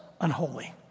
unholy